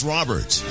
Robert